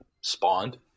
spawned